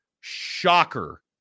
shocker